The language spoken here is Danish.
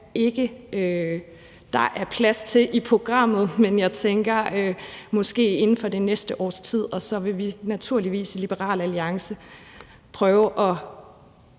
der er plads til i programmet – men jeg tænker måske inden for det næste års tid, og så vil vi naturligvis i Liberal Alliance prøve i